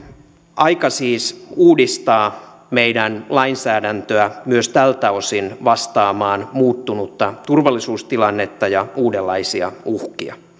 aika siis uudistaa meidän lainsäädäntöä myös tältä osin vastaamaan muuttunutta turvallisuustilannetta ja uudenlaisia uhkia